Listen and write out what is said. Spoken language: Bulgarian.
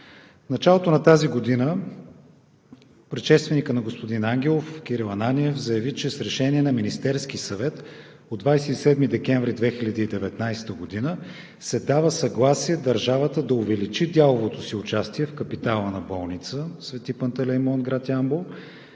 началото на тази година предшественикът на господин Ангелов – Кирил Ананиев, заяви, че с решение на Министерския съвет от 27 декември 2019 г. се дава съгласие държавата да увеличи дяловото си участие в капитала на болница „Свети Пантелеймон“ – град Ямбол,